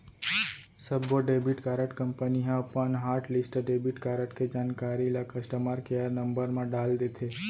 सब्बो debit card company ह अपन हॉटलिस्ट डेबिट कारड के जानकारी ल कस्टमर केयर नंबर म डाल देथे